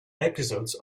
episodes